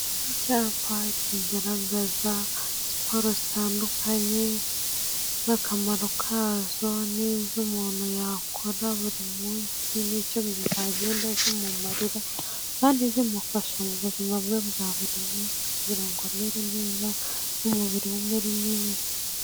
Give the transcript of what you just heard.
Icyapa kigaragaza siporo zitandukanye n'akamaro kazo n'izo umuntu yakora buri munsi n'icyo zagenda zimumarira kandi zimufasha mu buzima bwe bwa buri munsi kugira ngo amere neza, umubiri we umere neza.